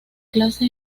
clase